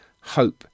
hope